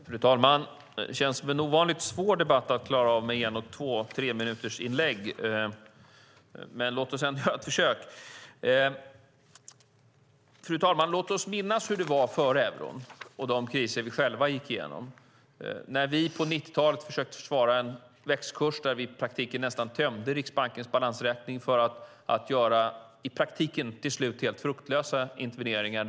Fru talman! Detta känns som en ovanligt svår debatt att klara av på en-, två och treminutersinlägg, men låt mig ändå göra ett försök. Fru talman! Låt oss minnas hur det var före euron och de kriser vi själva vi gick igenom. På 90-talet försökte vi försvara växelkursen och tömde i praktiken nästan Riksbankens balansräkning för att göra till slut helt fruktlösa interveneringar.